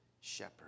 shepherd